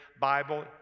Bible